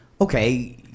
okay